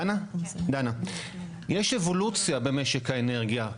יש אבולוציה במשק האנרגיה.